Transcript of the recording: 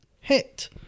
hit